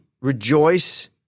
rejoice